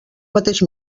mateix